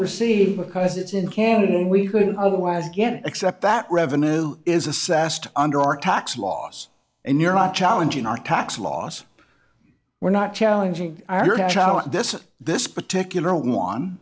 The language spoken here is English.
receive because it's in canada and we couldn't otherwise get it except that revenue is assessed under our tax laws and you're not challenging our tax laws we're not challenging our hash out this this particular one